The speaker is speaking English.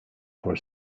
for